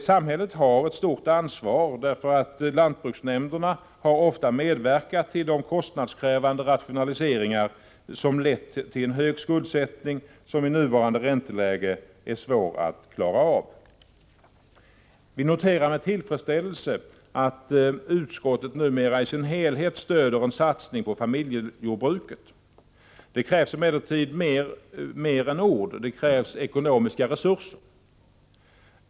Samhället har ett stort ansvar, därför att lantbruksnämnderna har ofta medverkat till de kostnadskrävande rationaliseringar som har lett till en hög skuldsättning, som i nuvarande ränteläge är svår att klara av. Vi noterar med tillfredsställelse att utskottet i sin helhet numera stöder en satsning på familjejordbruket. Det krävs emellertid mer än ord — det krävs även ekonomiska resurser.